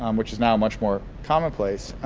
um which is now much more commonplace.